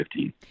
2015